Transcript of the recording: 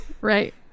right